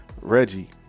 Reggie